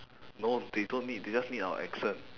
no they don't need they just need our accent